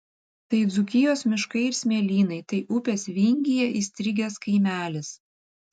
tai dzūkijos miškai ir smėlynai tai upės vingyje įstrigęs kaimelis